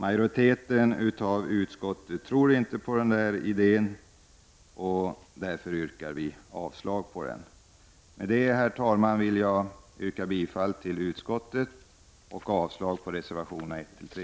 Majoriteten i utskottet tror inte på den idén och yrkar därför avslag på förslaget. Med detta, herr talman, yrkar jag bifall till utskottets hemställan och avslag på reservationerna 1-3.